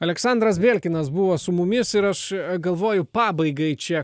aleksandras belkinas buvo su mumis ir aš galvoju pabaigai čia